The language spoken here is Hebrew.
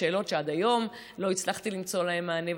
ושאלות שעד היום לא הצלחתי למצוא להן מענה.